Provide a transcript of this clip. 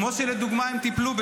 כמו שהם טיפלו,